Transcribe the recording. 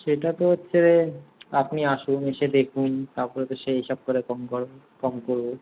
সেটা তো হচ্ছে আপনি আসুন এসে দেখুন তারপরে তো সেই হিসাব করে কম করা কম করবো